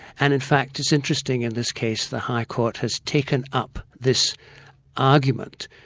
and in fact it's interesting in this case, the high court has taken up this argument,